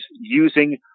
using